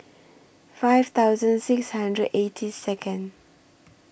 five thousand six hundred eighty Second